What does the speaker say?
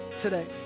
today